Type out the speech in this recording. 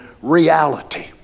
reality